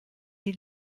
die